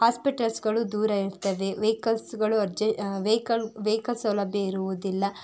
ಹಾಸ್ಪಿಟಲ್ಸ್ಗಳು ದೂರ ಇರ್ತದೆ ವೆಯ್ಕಲ್ಸ್ಗಳು ಅರ್ಜ್ ವೆಯ್ಕಲ್ ವೆಯ್ಕಲ್ ಸೌಲಭ್ಯ ಇರುವುದಿಲ್ಲ